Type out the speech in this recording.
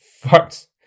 fucked